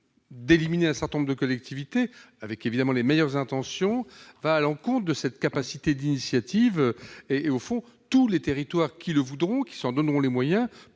d'éliminer un certain nombre de collectivités, avec les meilleures intentions, va à l'encontre de leur capacité d'initiative. Au fond, tous les territoires qui s'en donneront les moyens